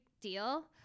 deal